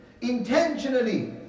intentionally